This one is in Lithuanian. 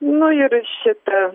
nu ir šita